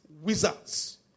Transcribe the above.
wizards